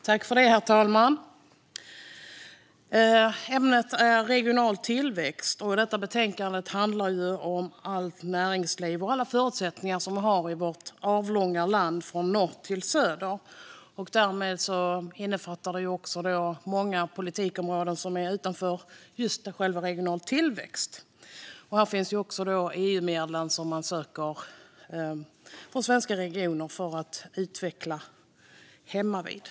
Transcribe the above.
Herr talman! Ämnet är regional tillväxt. Detta betänkande handlar ju om allt näringsliv och alla förutsättningar som vi har i vårt avlånga land, från norr till söder. Därmed innefattar det också många politikområden som är utanför själva området regional tillväxt. Här finns också de EU-medel som svenska regioner söker för att utveckla hemmavid.